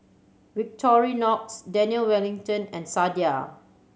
Victorinox Daniel Wellington and Sadia